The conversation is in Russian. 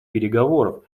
переговоров